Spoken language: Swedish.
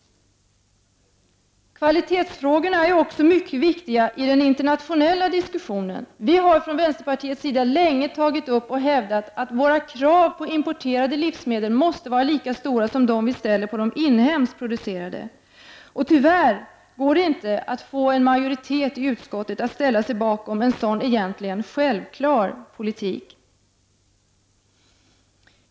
Kvalitetsfrågorna är också mycket viktiga i den internationella diskussionen. Vi har från vänsterpartiets sida länge tagit upp och hävdat att Sveriges krav på importerade livsmedel måste vara lika stora som på de inhemskt producerade livsmedlen. Tyvärr går det inte att få en majoritet i utskottet att ställa sig bakom en sådan, egentligen självklar, politik.